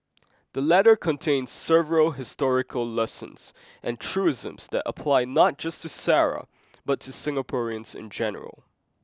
the letter contains several historical lessons and truisms that apply not just to Sara but to Singaporeans in general